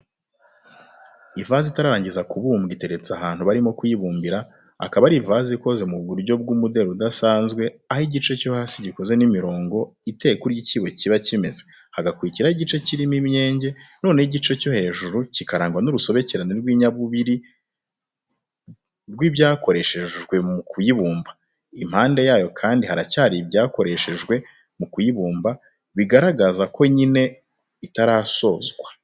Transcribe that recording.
Ivazi itararangiza kubumbwa iteretse ahantu barimo kuyibumbira, akaba ari ivazi ikoze ku buryo bw'umuderi udasanzwe aho igice cyo hasi gikoze n'imirongo, iteye kurya icyibo kiba kimeze, hagakurikiraho igice kirimo imyenge, noneho igice cyo hejuru kikagirwa n'urusobekerane rw'inyabubiri rw'ibyakoreshejwe mu kuyibumba, impande yayo kandi haracyari ibyakoreshejwe mu kuyibumba, bigaragaza nyine ko itarasozwa.